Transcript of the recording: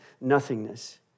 nothingness